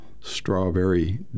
strawberry